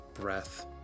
breath